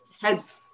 head's